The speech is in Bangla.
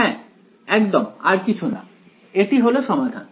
হ্যাঁ একদম আর কিছু না এটি হলো সমাধান